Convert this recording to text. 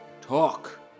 talk